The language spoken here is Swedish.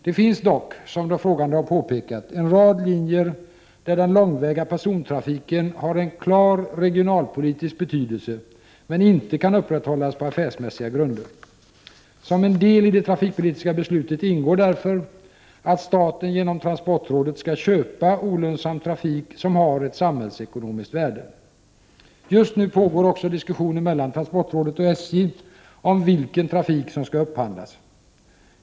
Det finns dock — som de frågande har påpekat — en rad linjer där den långväga persontrafiken har en klar regionalpolitisk betydelse men inte kan upprätthållas på affärsmässiga grunder. Som en del i det trafikpolitiska beslutet ingår därför att staten genom transportrådet skall köpa olönsam trafik som har ett samhällsekonomiskt värde. Just nu pågår också diskussioner mellan transportrådet och SJ om vilken trafik som skall upphandlas.